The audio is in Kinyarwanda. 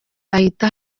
ahita